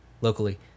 Locally